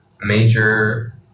major